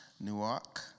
Newark